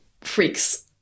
freaks